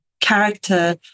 character